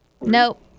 Nope